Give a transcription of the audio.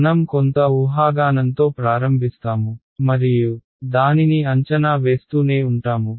మనం కొంత ఊహాగానంతో ప్రారంభిస్తాము మరియు దానిని అంచనా వేస్తూనే ఉంటాము